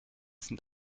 sind